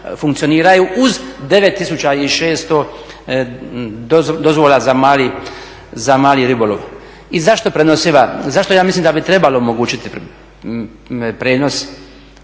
funkcioniraju uz 9600 dozvola za mali ribolov. I zašto prenosiva, zašto ja mislim da bi trebalo omogućiti prijenos